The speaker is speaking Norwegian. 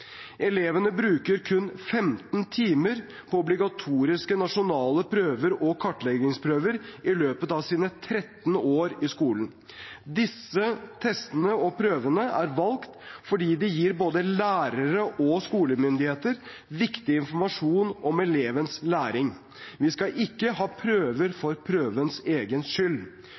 Elevene bruker kun 15 timer på obligatoriske nasjonale prøver og kartleggingsprøver i løpet av sine 13 år i skolen. Disse testene og prøvene er valgt fordi de gir både lærere og skolemyndigheter viktig informasjon om elevenes læring – vi skal ikke ha prøver for prøvenes skyld.